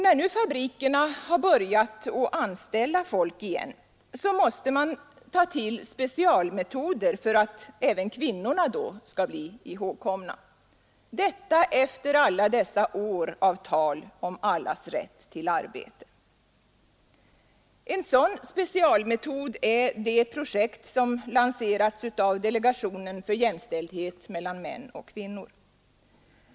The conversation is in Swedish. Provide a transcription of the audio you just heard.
När nu fabrikerna har börjat anställa folk igen, så måste det tas till specialmetoder för att även kvinnorna skall bli ihågkomna. Detta efter alla dessa år av tal om allas rätt till arbete! En sådan specialmetod är det projekt som lanserats av delegationen för jämställdhet mellan män och kvinnor.